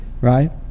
right